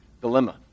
dilemma